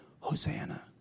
Hosanna